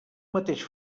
mateix